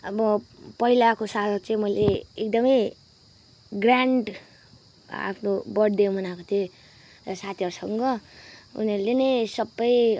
अब पहिलाको साल चाहिँ मैले एकदमै ग्रान्ड आफ्नो बर्बथडे मनाएको थिएँ साथीहरूसँग उनीहरूले नै सबै